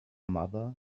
mother